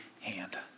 hand